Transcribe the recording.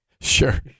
Sure